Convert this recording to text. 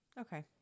Okay